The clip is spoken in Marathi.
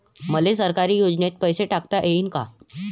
मले सरकारी योजतेन पैसा टाकता येईन काय?